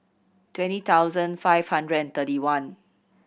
twenty thousand five hundred and thirty one